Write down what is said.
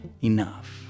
enough